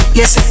yes